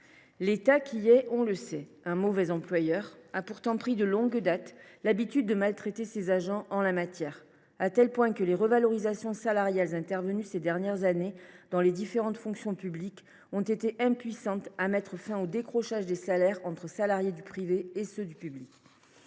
L’État, qui est un mauvais employeur, nous le savons, a pourtant pris de longue date l’habitude de maltraiter ses agents en la matière, à tel point que les revalorisations intervenues ces dernières années dans les différentes fonctions publiques ont été impuissantes à mettre fin au décrochage des salaires entre privé et public.